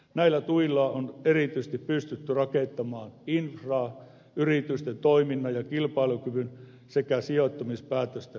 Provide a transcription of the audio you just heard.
näillä tuilla on erityisesti pystytty rakentamaan infraa yritysten toiminnan ja kilpailukyvyn sekä sijoittumispäätösten varmistamiseksi